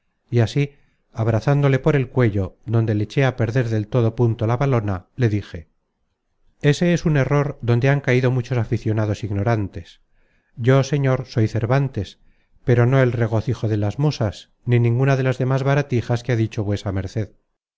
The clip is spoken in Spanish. y así abrazándole por el cuello donde le eché á perder de todo punto la valona le dije ese es un error donde han caido muchos aficionados ignorantes yo señor soy cervántes pero no el regocijo de las musas ni ninguna de las demas baratijas que ha dicho vuesa merced